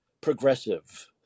progressive